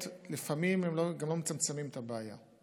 לפעמים הם גם לא מצמצמים את הבעיה.